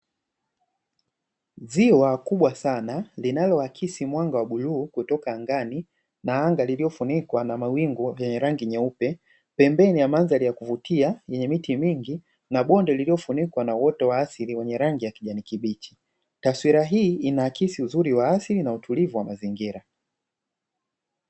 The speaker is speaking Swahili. Ziwa kubwa sana linaloaksi mwanga wa bluu kutoka angani na anga lililofunikwa na mawingu ya rangi nyeupe, pembeni ya mandhari ya kuvutia yenye miti mingi na bonde lililofunikwa na uoto wa asili wenye rangi ya kijani kibichi, taswira hii inaaksi uzuri wa asili na utulivu wa mazingira.